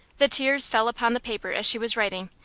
the tears fell upon the paper as she was writing,